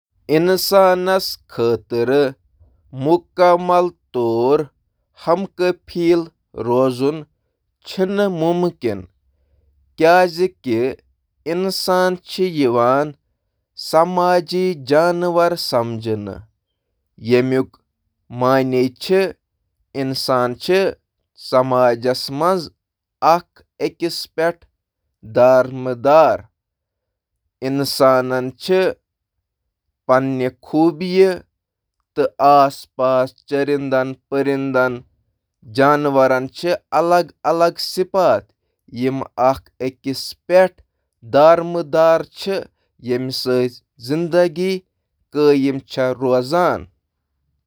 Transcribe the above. ییٚلہِ زَن پوٗرٕ پٲٹھۍ خۄد کفیل آسُن چھُ واریاہ مشکل، مگر قریب یُن تہٕ بیرونی نظامَن پٮ۪ٹھ انحصار کم کرُن چھُ مُمکِن۔ انسان چِھ سمأجی مخلوق یم دیمن ہنٛد علم تہٕ مہارتن سۭتۍ چِھ فأئدٕ تُلان، تہٕ امہٕ کتھہٕ ہنٛد امکان چُھ نہٕ کہ کنہہ تہٕ ہیکہٕ پانہٕ ہر کنٛہہ کٔرتھ۔